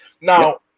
Now